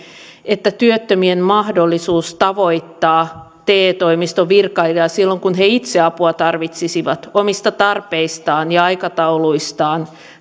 että työttömien mahdollisuus tavoittaa te toimiston virkailija silloin kun he itse apua tarvitsisivat omista tarpeistaan ja aikatauluistaan